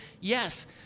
Yes